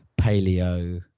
paleo